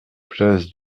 place